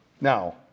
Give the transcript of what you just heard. Now